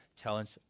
challenge